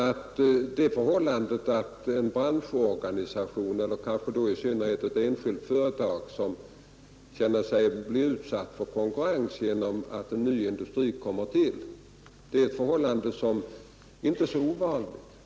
Att en branschorganisation eller kanske i synnerhet ett enskilt företag känner sig bli utsatt för konkurrens genom att en ny industri kommer till är inte så ovanligt.